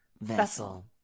vessel